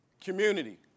Community